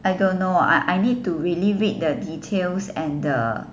I don't know ah I need to really read the details and the